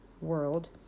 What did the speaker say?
world